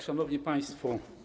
Szanowni Państwo!